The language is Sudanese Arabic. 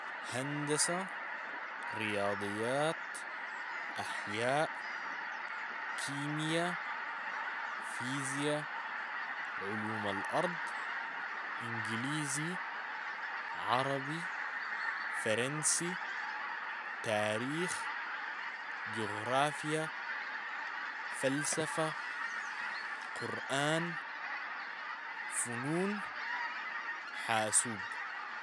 هندسة، رياضيات، أحياء، كيميا، فيزيا، علوم الأرض، إنجليزي، عربي، فرنسي، تاريخ، جغرافيا، فلسفة، قرآن، فنون، حاسوب.